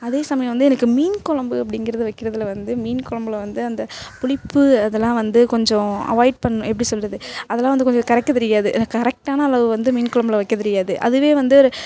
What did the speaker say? அதே சமயம் வந்து எனக்கு மீன் குழம்பு அப்படிங்கிறது வைக்கிறதில் வந்து மீன் குழம்புல வந்து அந்த புளிப்பு அதெல்லாம் வந்து கொஞ்சம் அவாய்ட் பண்ண எப்படி சொல்கிறது அதெல்லாம் வந்து கொஞ்சம் கரைக்க தெரியாது எனக்கு கரெக்டான அளவு வந்து மீன் குழம்புல வைக்க தெரியாது அதுவே வந்து